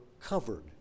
covered